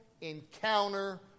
encounter